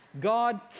God